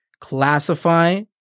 classify